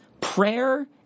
prayer